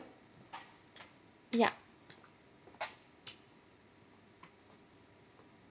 yup